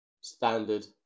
standard